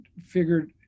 figured